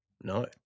no